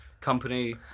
Company